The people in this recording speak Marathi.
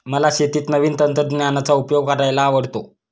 मला शेतीत नवीन तंत्रज्ञानाचा उपयोग करायला आवडतो